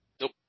Nope